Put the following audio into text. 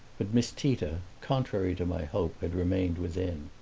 but miss tita, contrary to my hope, had remained within.